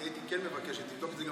אני הייתי כן מבקש שתבדוק את זה.